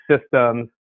systems